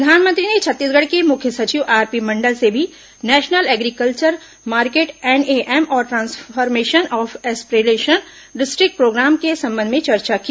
प्रधानमंत्री ने छत्तीसगढ़ के मुख्य सचिव आरपी मंडल से भी नेशनल एग्रीकल्चर मार्केट एनएएम और transformation of aspirational district programme के संबंध में चर्चा की